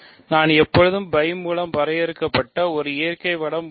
நான் எப்போதும் φ மூலம் வரையறுக்கப்பட்ட ஒரு இயற்கை வரைபடம் உள்ளது